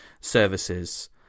services